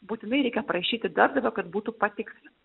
būtinai reikia prašyti darbdavio kad būtų patikslinta